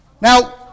now